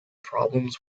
problems